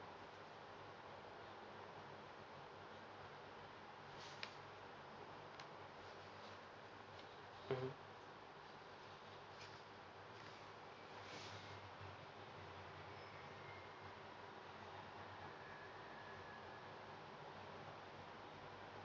mmhmm